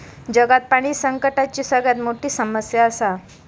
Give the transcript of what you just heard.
जगात पाणी संकटाची सगळ्यात मोठी समस्या आसा